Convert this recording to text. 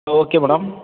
okay madam